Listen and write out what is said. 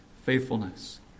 faithfulness